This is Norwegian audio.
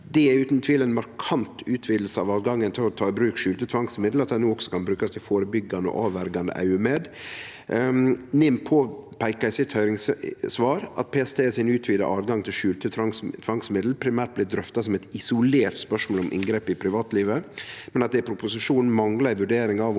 Det er utan tvil ei markant utviding av tilgangen til å ta i bruk skjulte tvangsmiddel at dei no skal brukast til førebyggjande og avverjande føremål. NIM påpeikar i sitt høyringssvar at PST sin utvida tilgang til skjulte tvangsmiddel primært blir drøfta som eit isolert spørsmål om inngrep i privatlivet, men at det i proposisjonen manglar ei vurdering av om